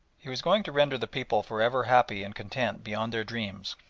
he was going to render the people for ever happy and content beyond their dreams,